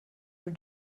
your